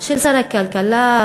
של שר הכלכלה,